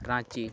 Ranchi